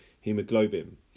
hemoglobin